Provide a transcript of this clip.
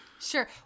Sure